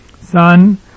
Son